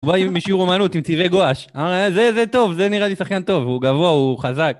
הוא בא עם, משיעור אומנות, עם צבעי גואש. זה טוב, זה נראה לי שחקן טוב. הוא גבוה, הוא חזק.